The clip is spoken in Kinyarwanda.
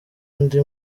ndi